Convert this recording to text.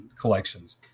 collections